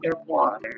underwater